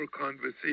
conversation